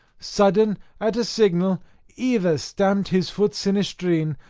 sudden at a signal either stamped his foot sinistrine,